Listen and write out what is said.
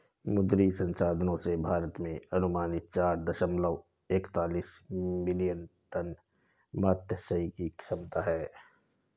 मुद्री संसाधनों से, भारत में अनुमानित चार दशमलव एकतालिश मिलियन टन मात्स्यिकी क्षमता है